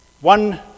One